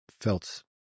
felt